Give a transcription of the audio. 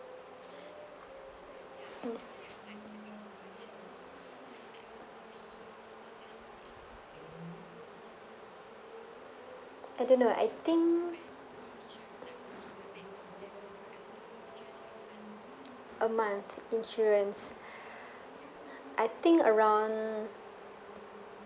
mm I don't know I think a month insurance I think around